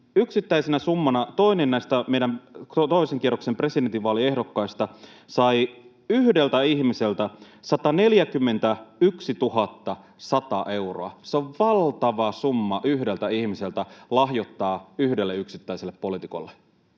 yksittäisenä summana toinen näistä meidän toisen kierroksen presidentinvaaliehdokkaista sai yhdeltä ihmiseltä 141 100 euroa. Se on valtava summa yhdeltä ihmiseltä lahjoittaa yhdelle yksittäiselle poliitikolle.